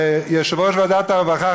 יושב-ראש ועדת הרווחה,